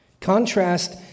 Contrast